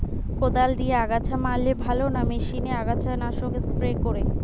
কদাল দিয়ে আগাছা মারলে ভালো না মেশিনে আগাছা নাশক স্প্রে করে?